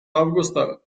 августа